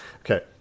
Okay